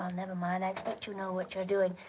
never mind. i expect you know what you're doing.